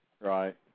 Right